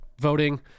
voting